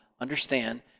understand